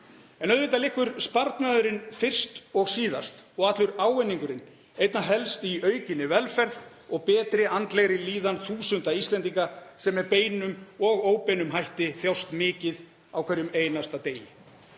En auðvitað liggur sparnaðurinn fyrst og síðast og allur ávinningurinn einna helst í aukinni velferð og betri andlegri líðan þúsunda Íslendinga sem með beinum og óbeinum hætti þjást mikið á hverjum einasta degi.